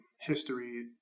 history